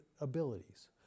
abilities